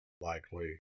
likely